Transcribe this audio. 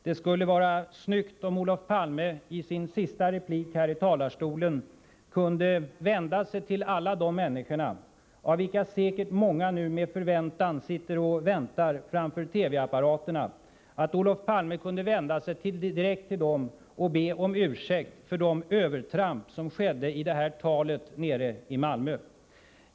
Det skulle vara snyggt om Olof Palme i sin sista replik här i kammaren kunde vända sig direkt till dessa människor, av vilka säkert många nu med förväntan sitter framför TV-apparaterna, och be om ursäkt för de övertramp som skedde i talet nere i Malmö.